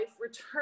return